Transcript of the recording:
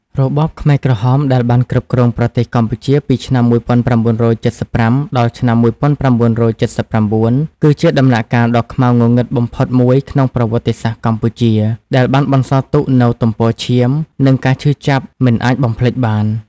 របបខ្មែរក្រហមដែលបានគ្រប់គ្រងប្រទេសកម្ពុជាពីឆ្នាំ១៩៧៥ ដល់ឆ្នាំ១៩៧៩ គឺជាដំណាក់កាលដ៏ខ្មៅងងឹតបំផុតមួយក្នុងប្រវត្តិសាស្ត្រកម្ពុជា ដែលបានបន្សល់ទុកនូវទំព័រឈាម និងការឈឺចាប់មិនអាចបំភ្លេចបាន។